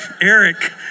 Eric